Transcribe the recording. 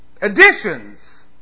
Additions